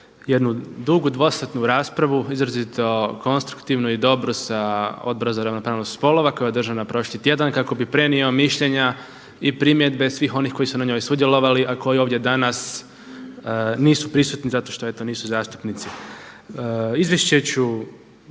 jednu dugu dvosatnu raspravu izrazito konstruktivnu i dobro sa Odbora za ravnopravnost spolova koja je održana prošli tjedan kako bi prenio mišljenja i primjedbe svih onih koji su na njoj sudjelovali a koji ovdje danas nisu prisutni zato što eto nisu zastupnici. Izvješće ću